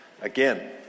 again